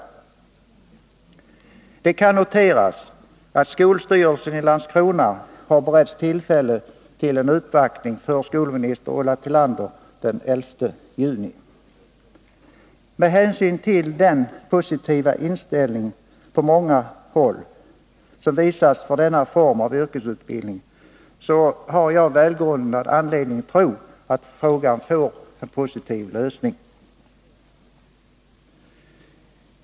Det kan noteras att skolstyrelsen i Landskrona har beretts tillfälle till en uppvaktning för skolminister Ulla Tillander den 11 juni. Med hänsyn till den positiva inställning som på många håll har visats för denna form av yrkesutbildning har jag välgrundad anledning tro att frågan får en positiv lösning.